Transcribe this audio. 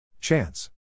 Chance